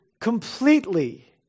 completely